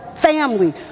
family